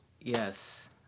yes